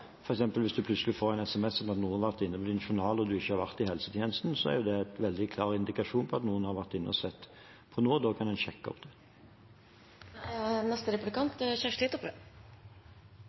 var. Hvis en plutselig får en sms om at noen har vært inne på ens egen journal og en ikke har brukt i helsetjenesten, er det en veldig klar indikasjon på at noen har vært inne og sett. Da kan en sjekke